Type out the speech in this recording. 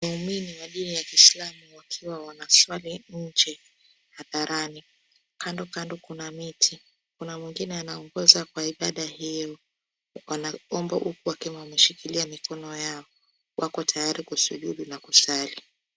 Waumini wa dini ya kislamu wakiwa wanaswali inje hadharani. Kando kuna miti na kuna mwingine anaye ongoza kwa ibada hiyo. Wanaomba huku wakiwa wameshikilia mikono yao. Wako tayari kusujudu na kuswali.